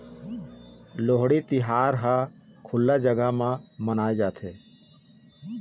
लोहड़ी तिहार ह खुल्ला जघा म मनाए जाथे